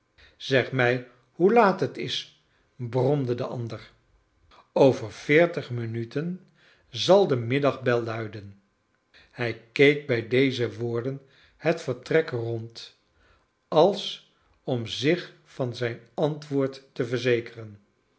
zeg mij hoe laat het is bromde de ander over veertig minuten zal de middagbel luiden hij keek bij deze vvoorden het vertrek rond als om zich van zijn antwoord te verzekeren